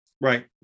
right